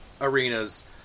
arenas